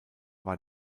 war